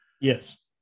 Yes